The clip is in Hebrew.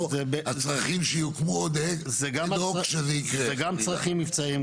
הצרכים שיוקמו --- זה גם צרכים מבצעיים,